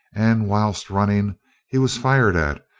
and whilst running he was fired at,